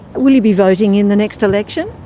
will you be voting in the next election?